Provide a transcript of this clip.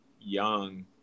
young